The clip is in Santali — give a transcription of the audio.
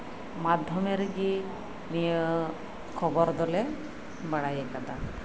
ᱢᱟᱫᱽᱫᱷᱚᱢᱮ ᱨᱮᱜᱮ ᱱᱤᱭᱟᱹ ᱠᱷᱚᱵᱚᱨ ᱫᱚᱞᱮ ᱵᱟᱲᱟᱭᱟᱠᱟᱫᱟ